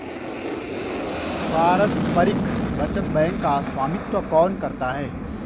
पारस्परिक बचत बैंक का स्वामित्व कौन करता है?